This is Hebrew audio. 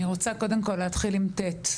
אני רוצה קודם כל להתחיל עם ט',